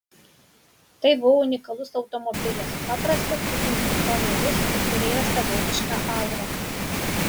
tai buvo unikalus automobilis paprastas itin funkcionalus ir turėjęs savotišką aurą